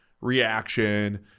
reaction